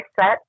set